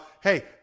hey